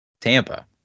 Tampa